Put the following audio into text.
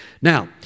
Now